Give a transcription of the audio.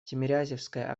тимирязевская